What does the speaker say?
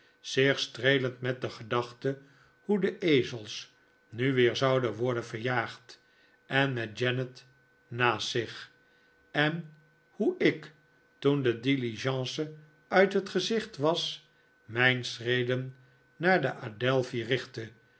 zich streelend met de gedachte hoe de ezels nu weer zouden worden verjaagd en met janet naast haar en hoe ik toen de diligence uit het gezicht was mijn schreden naar de adelphi richtte